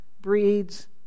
breeds